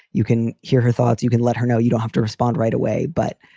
you can hear her thoughts. you can let her know you don't have to respond right away. but,